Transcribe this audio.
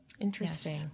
Interesting